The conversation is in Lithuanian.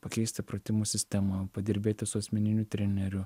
pakeisti pratimų sistemą padirbėti su asmeniniu treneriu